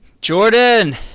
Jordan